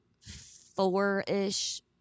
four-ish